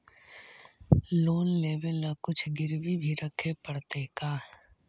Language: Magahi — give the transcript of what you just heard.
लोन लेबे ल कुछ गिरबी भी रखे पड़तै का?